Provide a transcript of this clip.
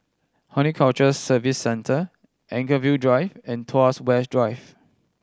Horticulture Services Centre Anchorvale Drive and Tuas West Drive